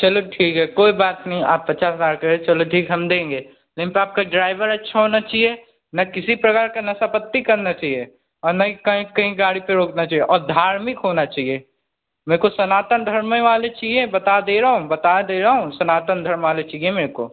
चलो ठीक है कोई बात नहीं आप पचास हज़ार क रे चलो ठीक है हम देंगे लेकिन तो आपका ड्राइवर अच्छा होना चाहिए ना किसी प्रकार का नसापत्ती करना चाहिए न ही कहीं कही गाड़ी पर रोकना चाहिए और धार्मिक होना चाहिए मेरे को सनातन धर्मे वला चाहिए बता दे रहा हूँ सनातन धर्मे वला चाहिए